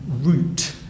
route